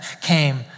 came